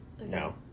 no